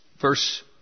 verse